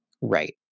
Right